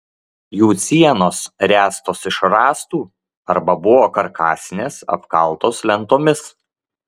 jų sienos ręstos iš rąstų arba buvo karkasinės apkaltos lentomis